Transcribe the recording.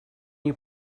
you